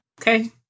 Okay